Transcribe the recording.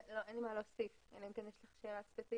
אין לי מה להוסיף אלא אם כן יש לך שאלה ספציפית.